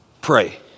pray